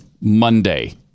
Monday